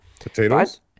Potatoes